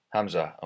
Hamza